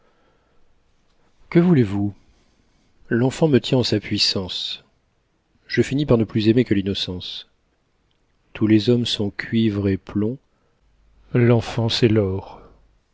que voulez-vous l'enfant me tient en sa puissance je finis par ne plus aimer que l'innocence tous les hommes sont cuivre et plomb l'enfance est or